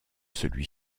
celui